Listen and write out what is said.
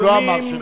הוא אמר: